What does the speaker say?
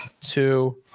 two